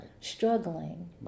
struggling